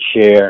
share